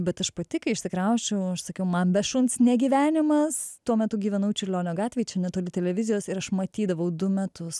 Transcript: bet aš pati kai išsikrausčiau aš sakiau man be šuns negyvenimas tuo metu gyvenau čiurlionio gatvėj čia netoli televizijos ir aš matydavau du metus